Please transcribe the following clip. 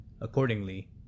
Accordingly